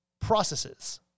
processes